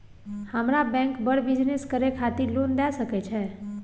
हमरा बैंक बर बिजनेस करे खातिर लोन दय सके छै?